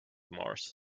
mars